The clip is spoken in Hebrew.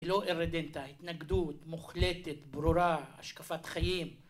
לא ארדנטה, התנגדות, מוחלטת, ברורה, השקפת חיים